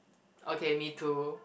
okay me too